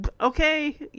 okay